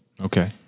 Okay